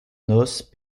noces